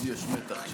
חברות וחברי הכנסת,